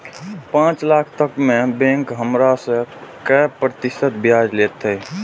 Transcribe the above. पाँच लाख तक में बैंक हमरा से काय प्रतिशत ब्याज लेते?